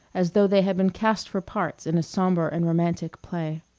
as though they had been cast for parts in a sombre and romantic play.